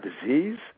disease